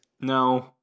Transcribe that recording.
No